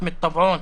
בשמת-טבעון,